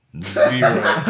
Zero